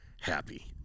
happy